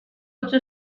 ocho